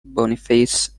boniface